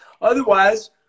Otherwise